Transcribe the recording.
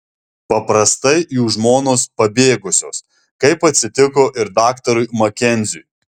paprastai jų žmonos pabėgusios kaip atsitiko ir daktarui makenziui